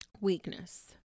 weakness